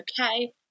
okay